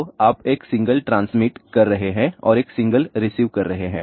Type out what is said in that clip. तो आप एक सिंगल ट्रांसमिट कर रहे हैं और एक सिंगल रिसीव कर रहे हैं